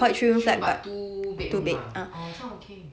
three room but two bedroom lah oh 这样 okay